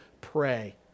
pray